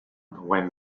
when